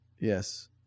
Yes